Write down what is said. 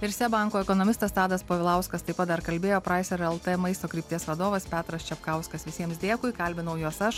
ir seb banko ekonomistas tadas povilauskas taip pat dar kalbėjo praiser lt maisto krypties vadovas petras čepkauskas visiems dėkui kalbinau juos aš